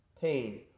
pain